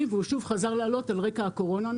והוא שוב חזר לעלות על רקע הקורונה.